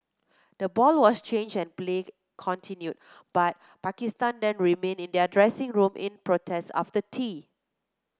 the ball was changed and play continued but Pakistan then remained in their dressing room in protest after tea